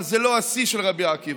אבל זה לא השיא של רבי עקיבא.